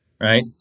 right